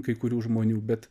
kai kurių žmonių bet